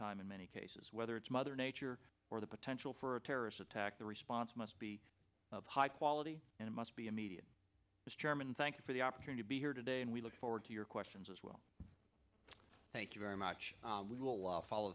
time in many cases whether it's mother nature or the potential for a terrorist attack the response must be high quality and must be immediate mr chairman thank you for the opportunity to be here today and we look forward to your questions as well thank you very much little will follow